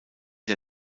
der